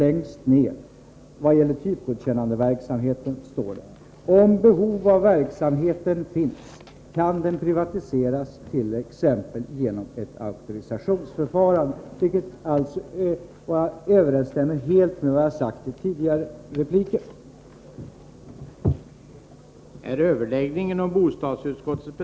Längst ner på s. 10 och högst upp på s. 11:i betänkandet står det: ”Om behov = Nr 132 av verksamheten finns kan den privatiseras t.ex. genom ett auktorisations Fredagen den förfarande.” Det överensstämmer helt med vad jag har sagt i tidigare 27 april 1984